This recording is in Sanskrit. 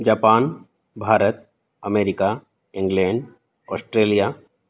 Japan Bharat America England Australia